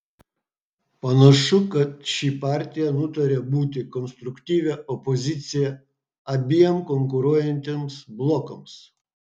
panašu kad ši partija nutarė būti konstruktyvia opozicija abiem konkuruojantiems blokams